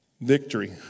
Victory